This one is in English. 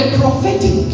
prophetic